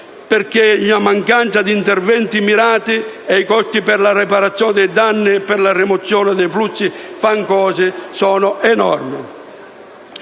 perché, in mancanza di interventi mirati, i costi per la riparazione dei danni e per la rimozione dei flussi fangosi sono enormi.